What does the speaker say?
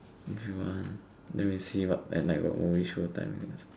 if you want then we see what at night got movie show time we have